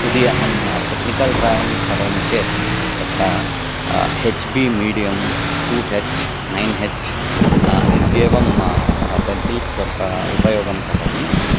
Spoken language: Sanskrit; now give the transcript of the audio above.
यदि अहं टेक्निकल् ड्रायिङ्ग् करोमि चेत् तत्र H B medium two H nine H इत्येवं पेन्सिल्स् उपयोगं करोमि